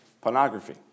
pornography